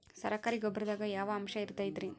ಸರಕಾರಿ ಗೊಬ್ಬರದಾಗ ಯಾವ ಅಂಶ ಇರತೈತ್ರಿ?